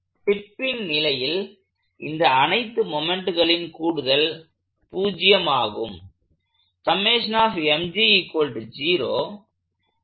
tipping நிலையில் இந்த அனைத்து மொமெண்ட்களின் கூடுதல் 0 ஆகும்